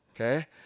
okay